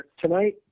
tonight